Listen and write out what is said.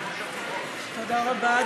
תודה רבה,